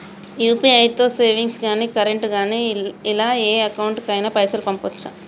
UPI తో savings గాని current గాని ఇలా ఏ అకౌంట్ కైనా పైసల్ పంపొచ్చా?